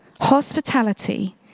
hospitality